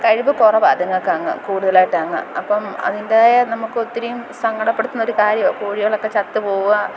കഴിവു കുറവാണ് അതുങ്ങൾക്ക് അങ്ങ് കൂടുതലായിട്ടങ്ങ് അപ്പം അതിൻറ്റേതായ നമുക്കൊത്തിരിയും സങ്കടപ്പെടുത്തുന്ന ഒരു കാര്യവും കോഴികളൊക്കെ ചത്തു പോകുക